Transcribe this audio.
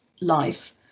life